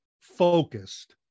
focused